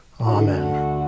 Amen